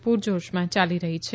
પુરજોશમાં ચાલી રહી છે